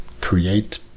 create